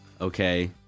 okay